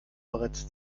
bereits